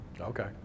Okay